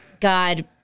God